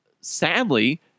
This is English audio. sadly